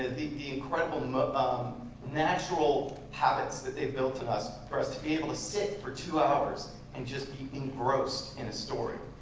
the the incredible um natural habits that they've built in us, for us to be able to sit for two hours and just be engrossed in a story.